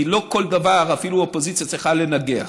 כי לא בכל דבר אפילו האופוזיציה צריכה לנגח.